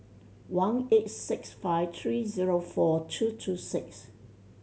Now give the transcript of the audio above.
one eight six five three zero four two two six